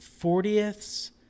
fortieths